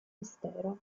mistero